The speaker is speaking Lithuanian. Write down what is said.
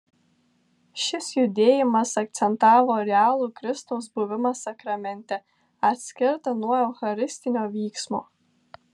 šis judėjimas akcentavo realų kristaus buvimą sakramente atskirtą nuo eucharistinio vyksmo